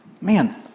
man